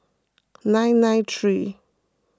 nine nine three